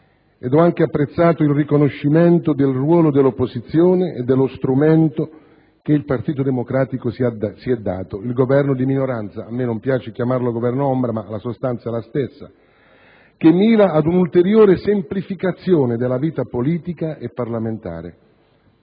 ed ho anche apprezzato il riconoscimento del ruolo dell'opposizione e dello strumento che il Partito Democratico si è dato, il Governo di minoranza (a me non piace chiamarlo Governo ombra, ma la sostanza è la stessa), che mira ad un'ulteriore semplificazione della vita politica e parlamentare.